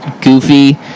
goofy